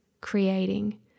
creating